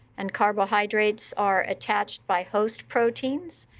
and carbohydrates are attached by host proteins.